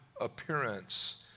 appearance